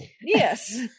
yes